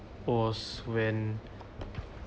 was when